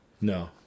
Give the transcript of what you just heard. No